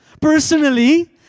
personally